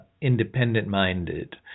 independent-minded